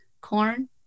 corn